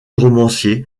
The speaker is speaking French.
romancier